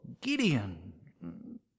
Gideon